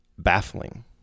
baffling